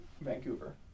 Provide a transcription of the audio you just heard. Vancouver